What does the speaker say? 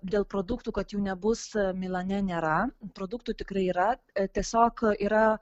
dėl produktų kad jų nebus milane nėra produktų tikrai yra tiesiog yra